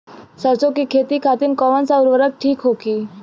सरसो के खेती खातीन कवन सा उर्वरक थिक होखी?